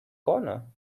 corner